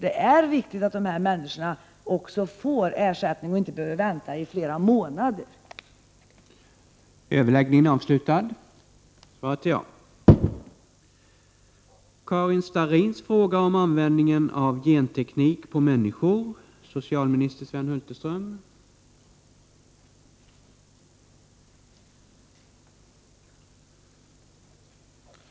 Det är viktigt att de som det gäller får sin ersättning snabbt och att de inte behöver vänta flera månader på att den skall komma.